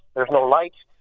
there's no lights.